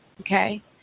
Okay